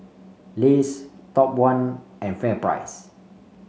Lays Top One and FairPrice